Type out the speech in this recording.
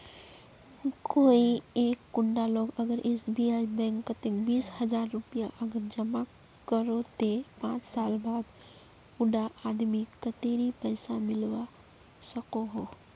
कोई एक कुंडा लोग अगर एस.बी.आई बैंक कतेक बीस हजार रुपया अगर जमा करो ते पाँच साल बाद उडा आदमीक कतेरी पैसा मिलवा सकोहो?